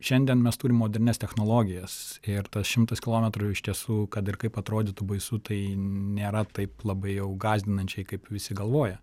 šiandien mes turim modernias technologijas ir tas šimtas kilometrų iš tiesų kad ir kaip atrodytų baisu tai nėra taip labai jau gąsdinančiai kaip visi galvoja